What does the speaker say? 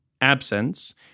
absence